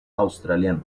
australiano